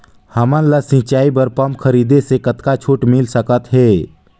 हमन ला सिंचाई बर पंप खरीदे से कतका छूट मिल सकत हे?